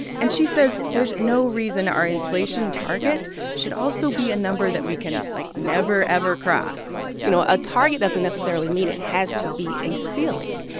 and she says there's no reason our inflation target should also be a number that we can, like, never, ever cross you know, a target doesn't necessarily mean it has to be a ceiling.